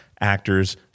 actors